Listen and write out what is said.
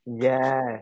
Yes